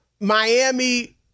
Miami